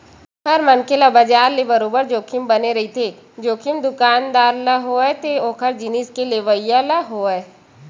हर मनखे ल बजार ले बरोबर जोखिम बने रहिथे, जोखिम दुकानदार ल होवय ते ओखर जिनिस के लेवइया ल होवय